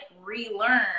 relearn